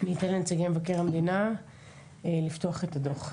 אני אתן לנציגי מבקר המדינה לפתוח את הדוח,